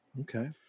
Okay